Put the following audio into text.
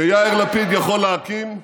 שיאיר לפיד יכול להקים,